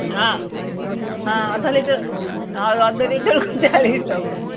ହଁ ହଁ ଅଧ ଲିଟର ହଁ ଅଧ ଲିଟର କୁ ଚାଲିଶି ଟଙ୍କା